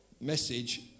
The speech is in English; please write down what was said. message